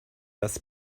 das